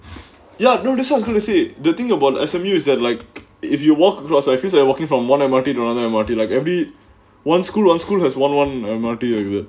ya I've notice I'm gonna to say the thing about S_M_U is that like if you walk across I feel like walking from one M_R_T don't wanna M_R_T like every one school one school has won one M_R_T exit